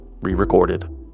re-recorded